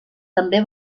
també